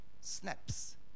Snaps